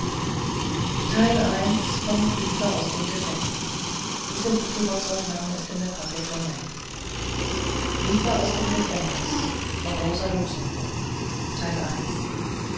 briefe aus dem gefängnis